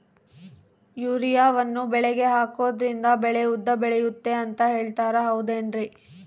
ಯೂರಿಯಾವನ್ನು ಬೆಳೆಗೆ ಹಾಕೋದ್ರಿಂದ ಬೆಳೆ ಉದ್ದ ಬೆಳೆಯುತ್ತೆ ಅಂತ ಹೇಳ್ತಾರ ಹೌದೇನ್ರಿ?